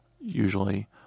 usually